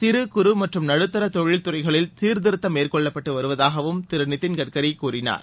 சிறு குறு மற்றும் நடுத்தரதொழில் துறைகளில் சீர்திருத்தம் மேற்கொள்ளப்பட்டுவருவதாகவும் திருநிதின் கட்கரிகூறினார்